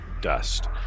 dust